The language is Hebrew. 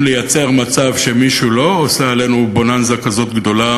לייצר מצב שמישהו לא עושה עלינו בוננזה כזאת גדולה